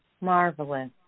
marvelous